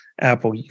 Apple